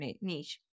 niche